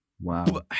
Wow